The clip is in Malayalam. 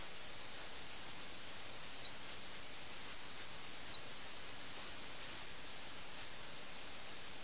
അത് ഭരണാധികാരി അല്ലെങ്കിൽ രാജാവ് ഉദ്യോഗസ്ഥരെ നിയമിക്കുന്ന ഒരു സംസ്ഥാനം ഭരിക്കാനുള്ള ഒരു രാജ്യം ഭരിക്കാനുള്ള ഒരു സംവിധാനമാണ്